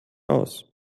aus